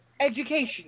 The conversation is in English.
education